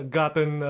gotten